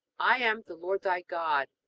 i am the lord thy god,